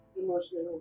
emotional